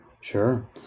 sure